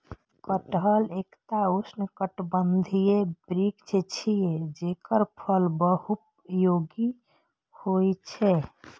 कटहल एकटा उष्णकटिबंधीय वृक्ष छियै, जेकर फल बहुपयोगी होइ छै